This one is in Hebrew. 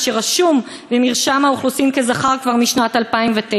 אשר רשום במרשם האוכלוסין כזכר כבר משנת 2009,